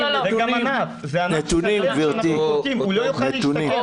זה ענף שלם שאנחנו כורתים, הוא לא יוכל להשתקם.